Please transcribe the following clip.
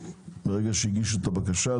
ברגע שהגישו את הבקשה,